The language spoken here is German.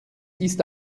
ist